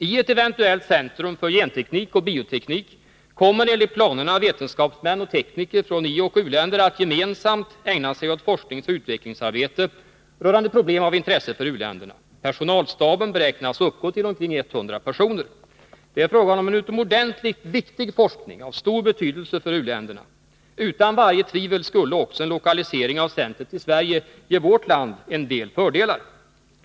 I ett eventuellt centrum för genteknik och bioteknik kommer enligt planerna vetenskapsmän och tekniker från ioch u-länder att gemensamt ägna sig åt forskningsoch utvecklingsarbete rörande problem av intresse för u-länderna. Personalstaben beräknas uppgå till omkring 100 personer. Det är fråga om en utomordentligt viktig forskning av stor betydelse för u-länderna. Utan varje tvivel skulle också en lokalisering av centret till Sverige ge vårt land en del fördelar.